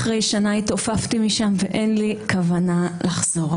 אחרי שנה התעופפתי משם ואין לי כוונה לחזור.